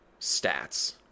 stats